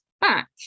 back